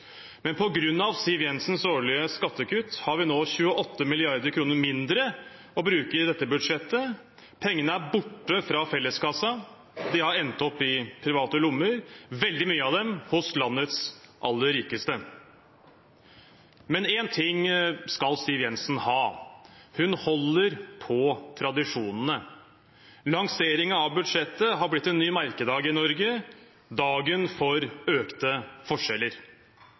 Men på grunn av Siv Jensens årlige skattekutt har vi nå 28 mrd. kr mindre å bruke i dette budsjettet. Pengene er borte fra felleskassa, og de har endt opp i private lommer, veldig mye av dem hos landets aller rikeste. Men én ting skal Siv Jensen ha: Hun holder på tradisjonene. Lanseringen av budsjettet har blitt en ny merkedag i Norge – dagen for økte forskjeller.